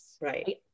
right